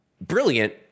brilliant